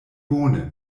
bone